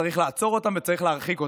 צריך לעצור אותם וצריך להרחיק אותם,